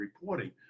reporting